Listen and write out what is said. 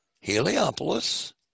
Heliopolis